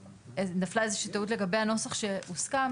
נפלה איזה שהיא טעות לגבי הנוסח שהוסכם.